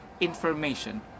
information